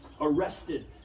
arrested